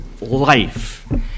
life